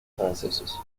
franceses